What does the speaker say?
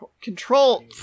Control